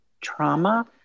trauma